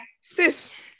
sis